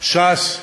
ש"ס,